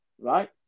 right